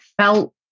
felt